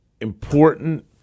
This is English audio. important